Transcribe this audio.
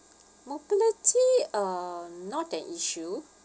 mobility uh not an issue